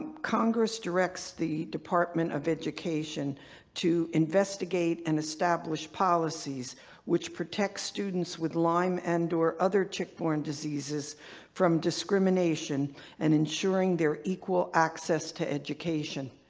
congress directs the department of education to investigate and establish policies which protects students with lyme and or other tick-borne diseases from discrimination and ensuring their equal access to education.